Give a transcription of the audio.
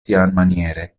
tiamaniere